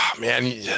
man